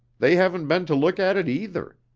they haven't been to look at it either.